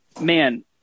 man –